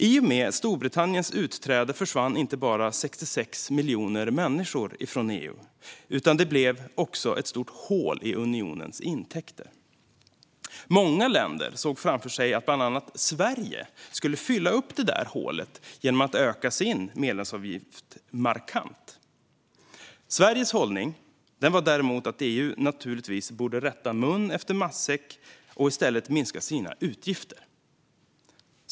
I och med Storbritanniens utträde försvann inte bara 66 miljoner människor från EU, utan det blev också ett stort hål i unionens intäkter. Många länder såg framför sig att bland annat Sverige skulle fylla upp det där hålet genom att öka sin medlemsavgift markant. Sveriges hållning var däremot att EU naturligtvis borde rätta mun efter matsäcken och i stället minska sina utgifter.